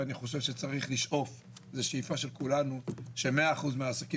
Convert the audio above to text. ואני חושב שצריך לשאוף שמאה אחוז מהעסקים